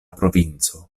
provinco